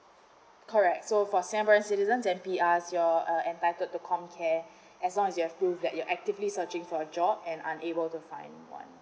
correct so for singaporeans citizens and P_Rs your uh entitled to comcare as long as you have proved that you're actively searching for a job and unable to find one